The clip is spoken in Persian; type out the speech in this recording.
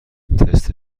تست